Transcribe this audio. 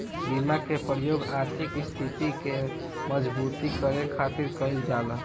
बीमा के प्रयोग आर्थिक स्थिति के मजबूती करे खातिर कईल जाला